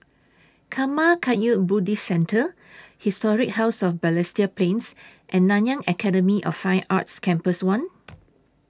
Karma Kagyud Buddhist Centre Historic House of Balestier Plains and Nanyang Academy of Fine Arts Campus one